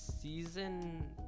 season